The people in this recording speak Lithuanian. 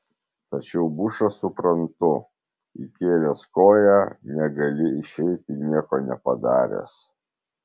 tačiau bušą suprantu įkėlęs koją negali išeiti nieko nepadaręs